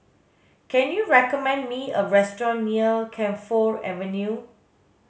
can you recommend me a restaurant near Camphor Avenue